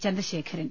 Chandrasekharan